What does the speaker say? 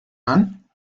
dann